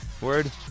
word